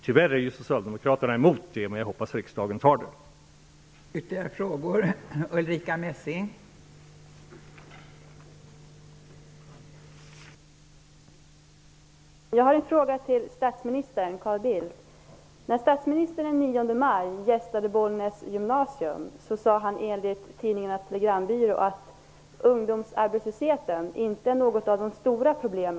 Tyvärr är Socialdemokraterna emot detta, men jag hoppas att riksdagen antar förslaget.